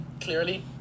clearly